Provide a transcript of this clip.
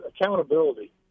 accountability